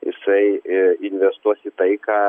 jisai investuos į tai ką